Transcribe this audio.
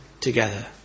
together